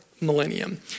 millennium